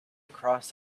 across